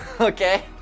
Okay